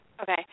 Okay